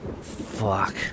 Fuck